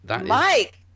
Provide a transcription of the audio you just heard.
Mike